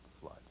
flood